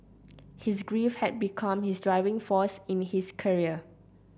his grief had become his driving force in his career